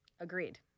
Agreed